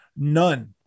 None